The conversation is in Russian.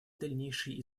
дальнейшей